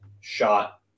Shot